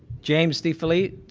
james defillipis,